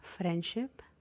friendship